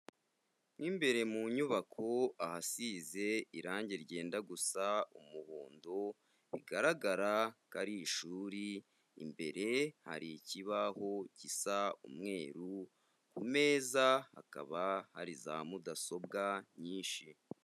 Mo mbere mu nyubako ahasize irangi ryenda gusa umuhondo, bigaragara ko ari ishuri imbere hari ikibaho gisa umweru, ku meza hakaba hari za mudasobwa nyinshi.